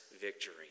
victory